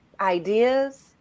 ideas